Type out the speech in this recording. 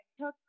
took